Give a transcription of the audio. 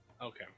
Okay